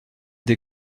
des